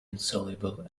insoluble